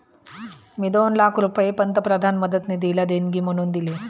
मी दोन लाख रुपये पंतप्रधान मदत निधीला देणगी म्हणून दिले